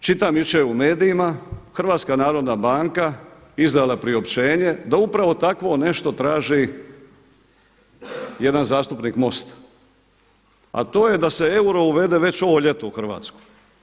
E sada, čitam jučer u medijima HNB izdala priopćenje da upravo takvo nešto traži jedan zastupnik MOST-a a to je da se euro uvede već ovo ljeto u Hrvatsku.